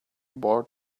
bored